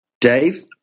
Dave